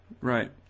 Right